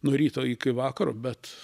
nuo ryto iki vakaro bet